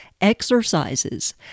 exercises